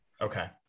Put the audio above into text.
Okay